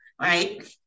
right